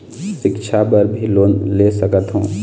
सिक्छा बर भी लोन ले सकथों?